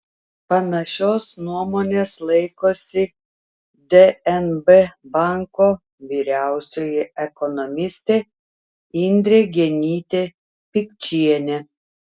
panašios nuomonės laikosi dnb banko vyriausioji ekonomistė indrė genytė pikčienė